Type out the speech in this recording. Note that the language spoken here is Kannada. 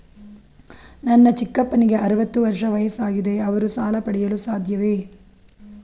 ನನ್ನ ಚಿಕ್ಕಪ್ಪನಿಗೆ ಅರವತ್ತು ವರ್ಷ ವಯಸ್ಸಾಗಿದೆ ಅವರು ಸಾಲ ಪಡೆಯಲು ಸಾಧ್ಯವೇ?